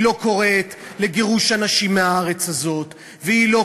היא לא קוראת לגירוש אנשים מהארץ הזאת והיא לא